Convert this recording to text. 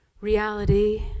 reality